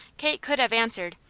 kate could have answered,